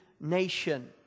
nation